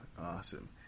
awesome